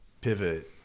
pivot